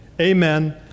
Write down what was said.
amen